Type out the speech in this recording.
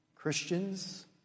Christians